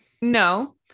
No